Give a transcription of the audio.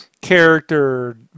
character